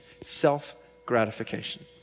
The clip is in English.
Self-gratification